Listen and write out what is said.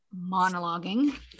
monologuing